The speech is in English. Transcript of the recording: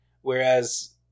whereas